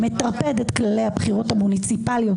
שמטרפד את כללי הבחירות המוניציפליות,